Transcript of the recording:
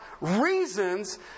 reasons